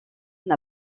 n’a